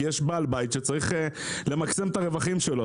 כי יש בעל בית שצריך למקסם את הרווחים שלו.